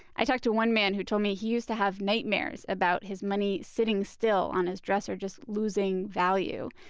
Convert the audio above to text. i talked to one man who told me he used to have nightmares about his money sitting still on his dresser just losing value.